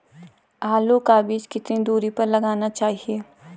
आलू का बीज कितनी दूरी पर लगाना चाहिए?